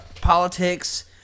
politics